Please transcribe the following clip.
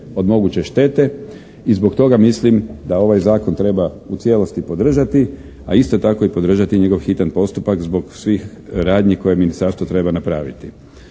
od moguće štete i zbog toga mislim da ovaj zakon treba u cijelosti podržati, a isto tako i podržati njegov hitan postupak zbog svih radnji koje ministarstvo treba napraviti.